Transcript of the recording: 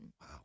Wow